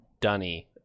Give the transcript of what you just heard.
dunny